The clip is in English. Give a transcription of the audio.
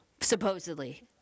supposedly –